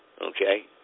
Okay